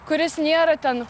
kuris nėra ten